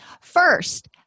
First